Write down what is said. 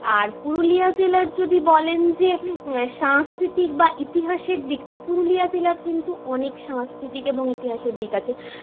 আর পুরুলিয়া জেলার যদি বলেন যে সাংস্কৃতিক বা ইতিহাসের দিকটি পুরুলিয়া জেলার কিন্তু অনেক সাংস্কৃতিক এবং ইতিহাসের দিক আছে